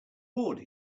board